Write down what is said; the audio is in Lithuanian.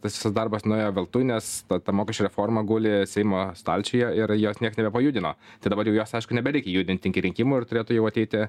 tas visas darbas nuėjo veltui nes ta ta mokesčių reforma guli seimo stalčiuje ir jos nieks nebepajudino tai dabar jau jos aišku nebereikia judint iki rinkimų ir turėtų jau ateiti